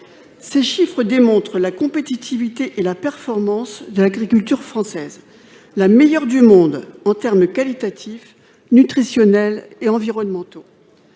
Ces chiffres démontrent la compétitivité et la performance de l'agriculture française. Elle est la meilleure du monde en termes qualitatifs, nutritionnels et environnementaux